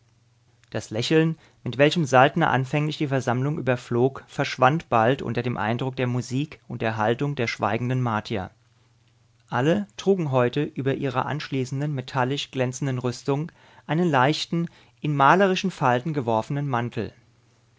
das lächeln mit welchem saltner anfänglich die versammlung überflog verschwand bald unter dem eindruck der musik und der haltung der schweigenden martier alle trugen heute über ihrer anschließenden metallisch glänzenden rüstung einen leichten in malerischen falten geworfenen mantel